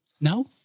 No